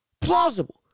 plausible